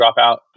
dropout